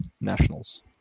Nationals